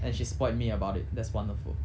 and she spoiled me about it that's wonderful